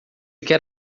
quer